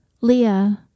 Leah